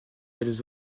elles